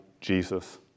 Jesus